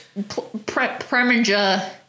Preminger